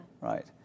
Right